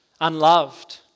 unloved